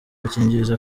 agakingirizo